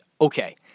Okay